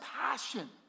passion